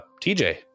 TJ